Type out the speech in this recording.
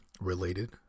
related